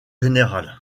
général